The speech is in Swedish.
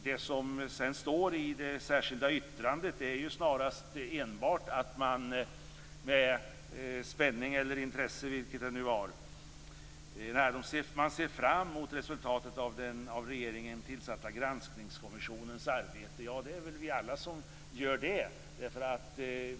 Det som står i det särskilda yttrandet är enbart att man ser fram mot resultatet av den av regeringen tillsatta granskningskommissionens arbete. Det gör vi väl alla.